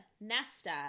Nesta